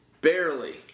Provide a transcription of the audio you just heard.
barely